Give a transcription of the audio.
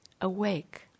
awake